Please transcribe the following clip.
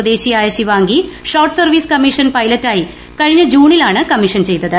സ്വദേശിയായ Shivangi short service commission പൈലറ്റായി കഴിഞ്ഞ ജൂണിലാണ് കമ്മീഷൻ പ്ലെയ്തത്